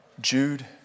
Jude